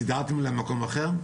סידרתם להם מקום אחר?